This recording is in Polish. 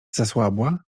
zasłabła